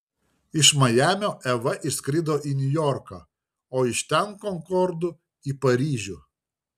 iš majamio eva išskrido į niujorką o iš ten konkordu į paryžių